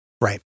Right